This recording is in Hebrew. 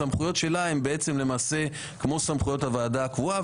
הסמכויות שלה הן כמו סמכויות הוועדה הקבועה.